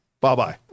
Bye-bye